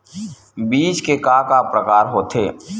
बीज के का का प्रकार होथे?